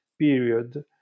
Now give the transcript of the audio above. period